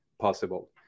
possible